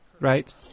right